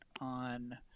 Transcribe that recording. on